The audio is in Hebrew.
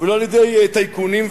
ולא על-ידי טייקונים,